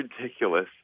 ridiculous